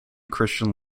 christian